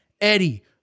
Eddie